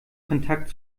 kontakt